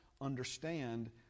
Understand